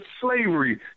slavery